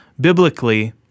biblically